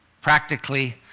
practically